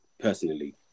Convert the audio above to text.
personally